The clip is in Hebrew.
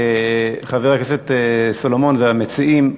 חבר הכנסת סולומון והמציעים,